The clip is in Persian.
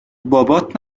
بابات